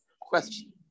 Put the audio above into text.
question